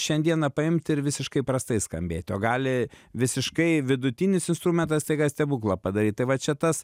šiandieną paimt ir visiškai prastai skambėt o gali visiškai vidutinis instrumentas staiga stebuklą padaryt tai va čia tas